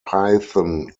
python